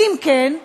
כי אם כן,